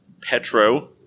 Petro